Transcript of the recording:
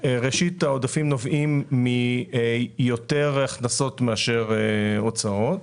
העודפים נובעים מיותר הכנסות מאשר הוצאות